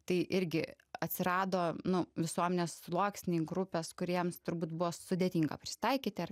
tai irgi atsirado nu visuomenės sluoksniai grupes kuriems turbūt buvo sudėtinga prisitaikyti ar